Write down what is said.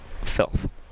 filth